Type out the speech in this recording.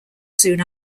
soon